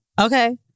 Okay